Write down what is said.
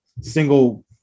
single